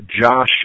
Josh